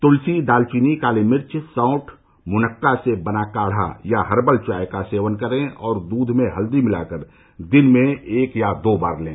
तुलसी दालचीनी कालीमिर्च सौंठ मुनक्का से बना काढा या हर्बल चाय का सेवन करें और दूध में हल्दी मिलाकर दिन में एक या दो बार लें